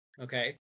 okay